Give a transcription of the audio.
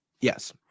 Yes